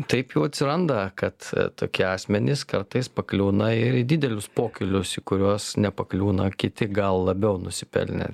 taip jau atsiranda kad tokie asmenys kartais pakliūna ir į didelius pokylius į kuriuos nepakliūna kiti gal labiau nusipelnę